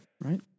Right